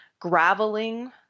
graveling